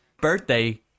birthday